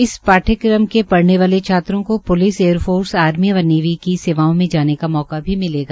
इस पाठ्यक्रम के प ने वाले छात्र छात्राओं को पुलिस एयर फोर्स आर्मी व नेवी की सेवाओं में जाने का मौका भी मिलेगा